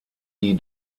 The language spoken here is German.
die